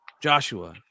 Joshua